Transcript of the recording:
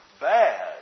bad